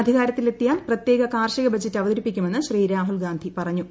അധിക്ടാരത്തീലെത്തിയാൽ പ്രത്യേക കാർഷിക ബജറ്റ് അവതരിപ്പിക്കുമെന്ന് ശ്രീ രാഹുൽ ഗാന്ധി പറഞ്ഞു